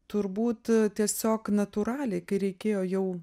turbūt tiesiog natūraliai kai reikėjo jau